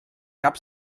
cap